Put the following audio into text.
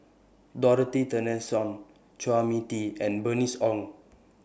Dorothy Tessensohn Chua Mia Tee and Bernice Ong